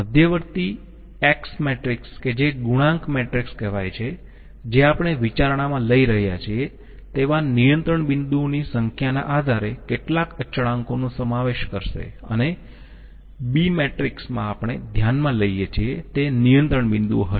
મધ્યવર્તી X matrix કે જે ગુણાંક મેટ્રિક્સ કહેવાય છે જે આપણે વિચારણામાં લઈ રહ્યા છીએ તેવા નિયંત્રણ બિંદુઓની સંખ્યાના આધારે કેટલાંક અચળાંકો નો સમાવેશ કરશે અને બી મેટ્રિક્સમાં આપણે ધ્યાનમાં લઈયે છીએ તે નિયંત્રણ બિંદુઓ હશે